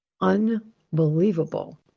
Unbelievable